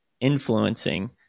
influencing